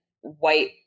white